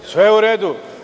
Sve je u redu.